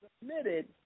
submitted